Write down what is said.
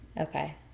okay